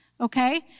okay